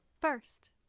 First